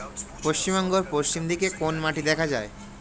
পশ্চিমবঙ্গ পশ্চিম দিকে কোন মাটি দেখা যায়?